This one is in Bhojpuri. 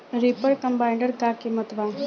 रिपर कम्बाइंडर का किमत बा?